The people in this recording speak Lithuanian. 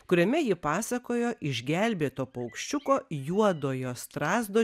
kuriame ji pasakojo išgelbėto paukščiuko juodojo strazdo